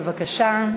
בבקשה.